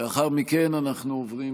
לאחר מכן אנחנו עוברים